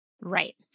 Right